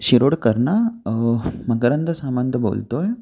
शिरोडकर ना मकरंद सामंत बोलतो आहे